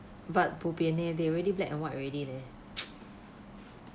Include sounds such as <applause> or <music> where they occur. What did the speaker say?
but bo pian there they already black and white already leh <noise>